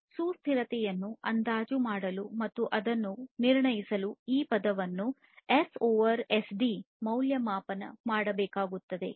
ಈ ಸುಸ್ಥಿರತೆಯನ್ನು ಅಂದಾಜು ಮಾಡಲು ಮತ್ತು ಅದನ್ನು ನಿರ್ಣಯಿಸಲು ಈ ಪದವನ್ನು ಎಸ್ ಓವರ್ ಎಸ್ಡಿ ಮೌಲ್ಯಮಾಪನ ಮಾಡಬೇಕಾಗುತ್ತದೆ